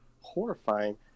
horrifying